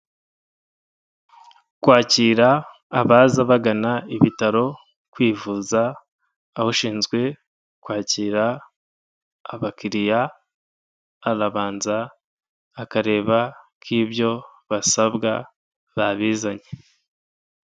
Kwakira abaza bagana ibitaro kwivuza abashinzwe kwakira abakiriya, arabanza akareba ko ibyo basabwa babizanye.